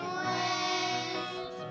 ways